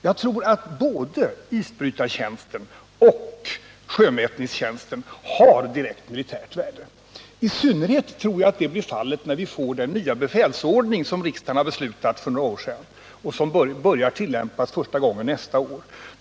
Jag tror att både isbrytartjänsten och sjömätningstjänsten har direkt militärt värde. I synnerhet tror jag att det blir fallet när vi får den nya befälsordning som riksdagen har beslutat för några år sedan och som börjar tillämpas första gången nästa år.